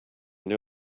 know